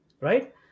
Right